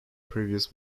previous